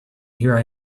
here